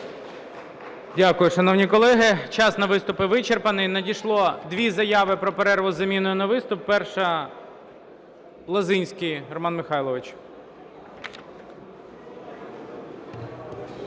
Дякую, шановні колеги. Час на виступи вичерпаний. Надійшло дві заяви про перерву з заміною на виступ. Перша – Лозинський Роман Михайлович.